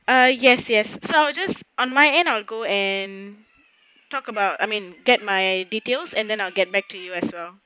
ah yes yes so it just on my end I'll go and talk about I mean get my details and then I'll get back to you as well